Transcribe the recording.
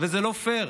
וזה לא פייר.